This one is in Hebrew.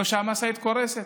או שהמשאית קורסת.